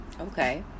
Okay